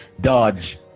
Dodge